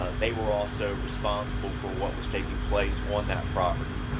they were also responsible for what was taking place on that property.